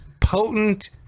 potent